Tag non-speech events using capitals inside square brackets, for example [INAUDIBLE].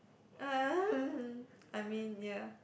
[NOISE] I mean ya